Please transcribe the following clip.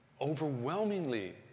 overwhelmingly